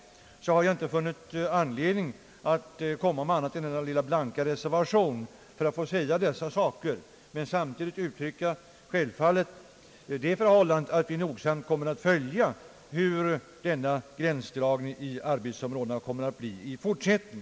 Därför har jag inte funnit anledning att avlämna annat än en blank reservation för att få säga detta och samtidigt framhålla, att vi självfallet kommer att nogsamt följa hur gränsdragningen mellan arbetsområdena i fortsättningen gestaltar sig.